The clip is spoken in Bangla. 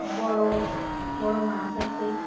বড়ো বড়ো মাছ আছে